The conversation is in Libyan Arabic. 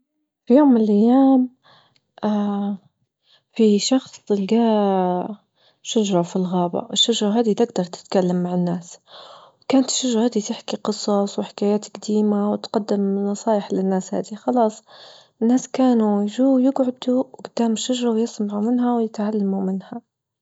في يوم من الأيام اه في شخص لجاه شجرة في الغابة، الشجرة هذي تجدر تتكلم مع الناس، وكانت الشجرة هادي تحكي قصص وحكايات جديمة وتقدم نصايح للناس هادي، خلاص الناس كانوا يجو يجعدوا قدام الشجرة ويسمعوا منها ويتعلموا منها.